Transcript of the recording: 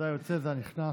זה היוצא וזה הנכנס,